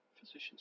physicians